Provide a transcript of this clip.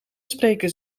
spreken